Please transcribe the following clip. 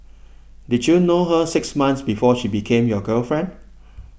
did you know her six months before she became your girlfriend